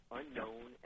unknown